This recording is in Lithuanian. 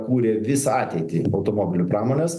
kūrė visą ateitį automobilių pramonės